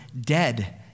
dead